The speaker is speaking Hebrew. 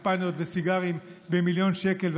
הוא לא אדם שקיבל שמפניות וסיגרים במיליון שקל,